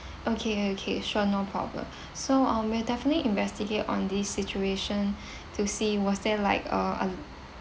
okay okay sure no problem so I will definitely investigate on this situation to see was there like a